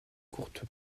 courte